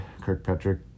Kirkpatrick